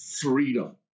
freedom